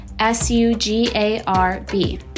S-U-G-A-R-B